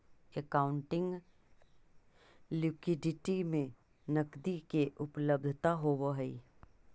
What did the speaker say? accounting liquidity में नकदी के उपलब्धता होवऽ हई